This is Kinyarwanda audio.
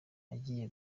agiye